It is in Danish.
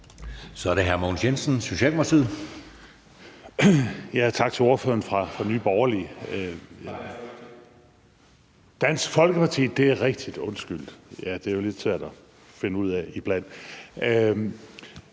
Så er det hr. Mogens Jensen, Socialdemokratiet. Kl. 11:07 Mogens Jensen (S): Tak til ordføreren fra Nye Borgerlige – nej, Dansk Folkeparti, det er rigtigt, undskyld. Ja, det er jo lidt svært at finde ud af iblandt.